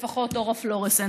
לפחות אור הפלואורסצנטים.